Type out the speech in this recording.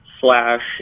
slash